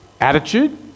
attitude